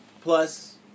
Plus